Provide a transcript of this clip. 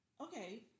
Okay